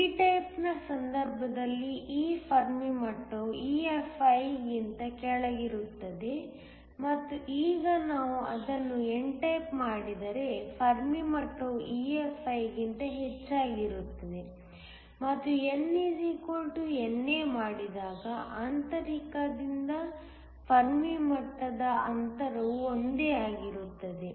p ಟೈಪ್ನ ಸಂದರ್ಭದಲ್ಲಿ ಈ ಫರ್ಮಿ ಮಟ್ಟವು EFi ಗಿಂತ ಕೆಳಗಿರುತ್ತದೆ ಮತ್ತು ಈಗ ನಾವು ಅದನ್ನು n ಟೈಪ್ ಮಾಡಿದರೆ ಫರ್ಮಿ ಮಟ್ಟವು EFi ಗಿಂತ ಹೆಚ್ಚಾಗಿರುತ್ತದೆ ಮತ್ತು N NA ಮಾಡಿದಾಗ ಆಂತರಿಕದಿಂದ ಫರ್ಮಿ ಮಟ್ಟದ ಅಂತರವು ಒಂದೇ ಆಗಿರುತ್ತದೆ